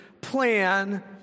plan